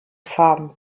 farben